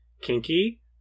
kinky